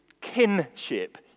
kinship